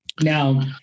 Now